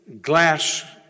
glass